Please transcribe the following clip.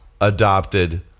adopted